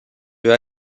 yeux